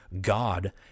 God